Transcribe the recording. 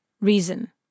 reason